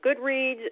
Goodreads